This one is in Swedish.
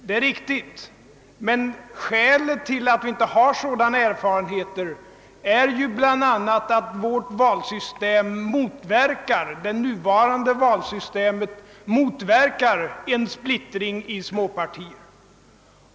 Det är riktigt, men skälet till att vi inte har sådana erfarenheter är bl.a. att vårt nuvarande valsystem motverkar en splittring i små partier.